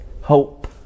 Hope